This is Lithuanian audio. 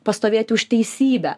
pastovėti už teisybę